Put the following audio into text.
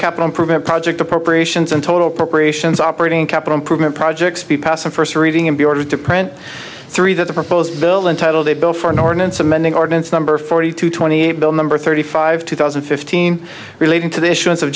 capital improvement project appropriations and total preparations operating capital improvement projects be passed on first reading in the order to print three that the proposed bill entitled a bill for an ordinance amending ordinance number forty two twenty eight bill number thirty five two thousand and fifteen relating to the issuance of